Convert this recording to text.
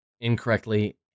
incorrectly